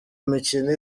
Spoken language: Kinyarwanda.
mikino